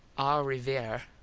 au riviere,